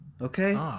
okay